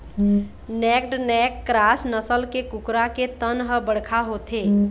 naked neck cross नसल के कुकरा के तन ह बड़का होथे